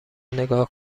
نگاه